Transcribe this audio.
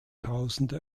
tausende